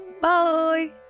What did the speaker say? Bye